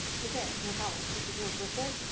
who cares? no problem. keep the heels whipped in.